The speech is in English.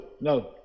No